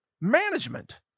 management